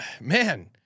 man